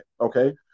Okay